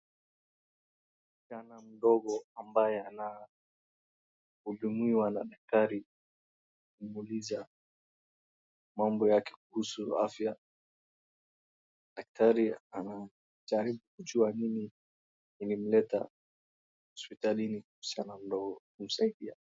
Kijana mdogo ambaye anahudumiwa na daktari akimuuliza mambo yake kuhusu afya. Daktari anajaribu kujua nini kilimleta hospitalini kuhusiana na mdogo kumsaidia.